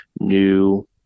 new